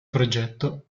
progetto